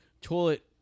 toilet